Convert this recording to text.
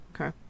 Okay